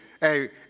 Hey